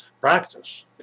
practice